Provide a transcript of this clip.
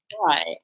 right